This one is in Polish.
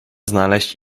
znaleźć